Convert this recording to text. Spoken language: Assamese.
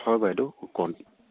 হয় বাইদেউ